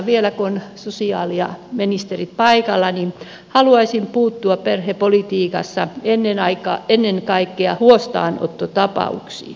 vielä kun sosiaalialan ministerit ovat paikalla niin haluaisin puuttua perhepolitiikassa ennen kaikkea huostaanottotapauksiin